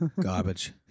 Garbage